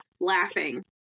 laughing